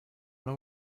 know